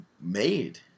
made